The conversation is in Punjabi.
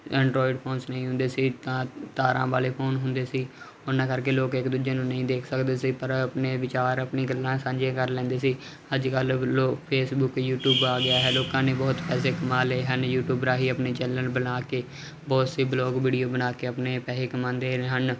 ਐਂਡਰਾਇਡ ਫੋਨ ਨਹੀਂ ਹੁੰਦੇ ਸੀ ਤਾਂ ਤਾਰਾਂ ਵਾਲੇ ਫੋਨ ਹੁੰਦੇ ਸੀ ਉਹਨਾਂ ਕਰਕੇ ਲੋਕ ਇੱਕ ਦੂਜੇ ਨੂੰ ਨਹੀਂ ਦੇਖ ਸਕਦੇ ਸੀ ਪਰ ਆਪਣੇ ਵਿਚਾਰ ਆਪਣੀ ਗੱਲਾਂ ਸਾਂਝੀਆ ਕਰ ਲੈਂਦੇ ਸੀ ਅੱਜ ਕੱਲ ਲੋਕ ਫੇਸਬੁਕ ਯੂਟਿਊਬ ਆ ਗਿਆ ਹੈ ਲੋਕਾਂ ਨੇ ਬਹੁਤ ਪੈਸੇ ਕਮਾ ਲਏ ਹਨ ਯੂਟਿਊਬ ਰਾਹੀ ਆਪਣੇ ਚੈਨਲ ਬਣਾ ਕੇ ਬਹੁਤ ਸੀ ਬਲੋਗ ਵੀਡੀਓ ਬਣਾ ਕੇ ਆਪਣੇ ਪੈਹੇ ਕਮਾਂਦੇ ਹਨ